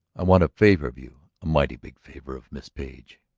i want a favor of you a mighty big favor of miss page.